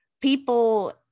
people